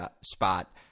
spot